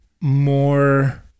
more